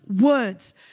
words